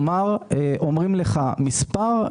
אומרים לך מספר,